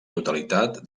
totalitat